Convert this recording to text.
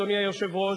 אדוני היושב-ראש,